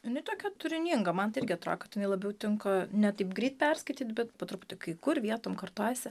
jinai tokia turininga man irgi atrodyto kad jinai labiau tinka ne taip greit perskaityti bet po truputį kai kur vietom kartojasi